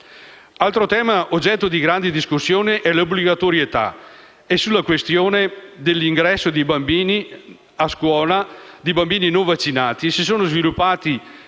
Altro tema oggetto di grandi discussioni è l'obbligatorietà. Sulla questione dell'ingresso a scuola di bambini non vaccinati si sono sviluppate